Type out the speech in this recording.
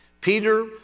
Peter